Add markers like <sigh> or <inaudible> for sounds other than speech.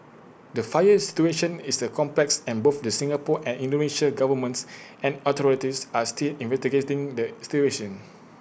the fire situation is the complex and both the Singapore and Indonesia governments and authorities are still investigating the <unintelligible>